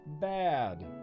bad